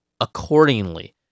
accordingly